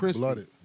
blooded